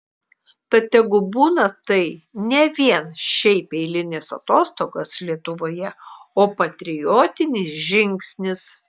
tad tegu būna tai ne vien šiaip eilinės atostogos lietuvoje o patriotinis žingsnis